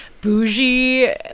bougie